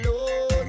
alone